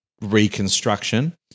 reconstruction